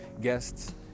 guests